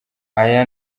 aya